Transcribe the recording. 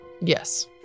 Yes